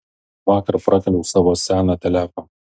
vakar prakaliau savo seną telefą